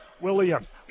Williams